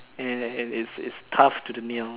and and and its its tough to the nails